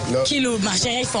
כי אין טוב מהן,